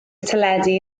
teledu